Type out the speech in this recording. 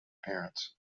parents